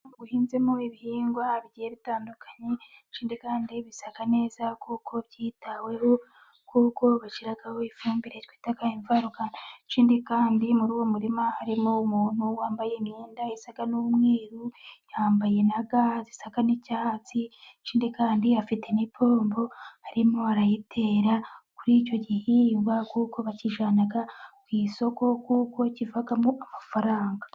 Umurima uhinzemo ibihingwa bigiye bitandukanye, ikindi kandi bisa neza, kuko byitaweho kuko bashyiraho ifumbire twita imvaruganda, ikindi kandi muri uwo murima harimo umuntu wambaye imyenda isa n'umweru, yambaye na ga zisa n'icyatsi, ikindi kandi afite n'ipombo arimo arayitera kuri icyo gihingwa, kuko bakijyana ku isoko kuko kivamo amafaranga.